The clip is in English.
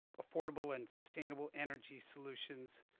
affordable and sustainable energy solutions,